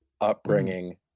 upbringing